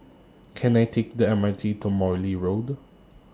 Can I Take The M R T to Morley Road